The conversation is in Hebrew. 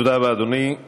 תודה רבה, אדוני.